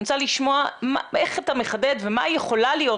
אני רוצה לשמוע איך אתה מחדד ומה יכולה להיות